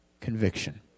conviction